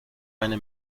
eine